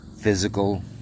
physical